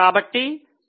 కాబట్టి 9